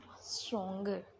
stronger